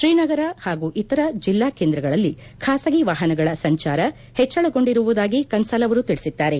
ಶ್ರೀನಗರ ಹಾಗೂ ಇತರ ಜೆಲ್ಲಾ ಕೇಂದ್ರಗಳಲ್ಲಿ ಬಾಸಗಿ ವಾಹನಗಳ ಸಂಚಾರವು ಹೆಚ್ಲಳಗೊಂಡಿರುವುದಾಗಿ ಕನ್ನಾಲ್ ಅವರು ತಿಳಿಸಿದ್ದಾರೆ